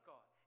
God